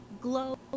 glow